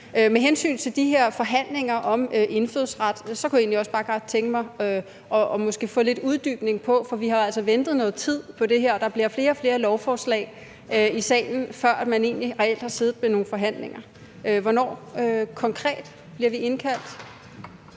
Med hensyn til de her forhandlinger om indfødsret kunne jeg måske egentlig også bare godt tænke mig at få en uddybning, for vi har jo altså ventet noget tid på det her, og der bliver flere og flere lovforslag i salen, før man egentlig reelt har siddet med nogle forhandlinger. Hvornår konkret bliver vi indkaldt?